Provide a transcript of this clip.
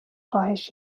کاهش